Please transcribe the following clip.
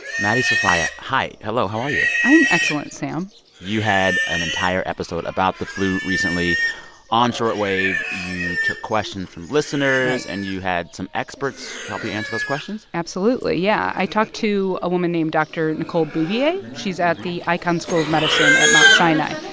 maddie sofia, hi. hello. how are you? i'm excellent, sam you had an entire episode about the flu recently on short wave. you took questions from listeners right and you had some experts help you answer those questions absolutely. yeah. i talked to a woman named dr. nicole bouvier. she's at the icahn school of medicine at mount sinai.